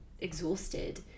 exhausted